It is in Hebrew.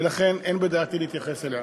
ולכן אין בדעתי להתייחס אליה.